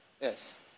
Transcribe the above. Yes